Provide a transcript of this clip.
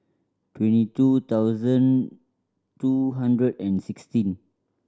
twenty two thousand two hundred and sixteen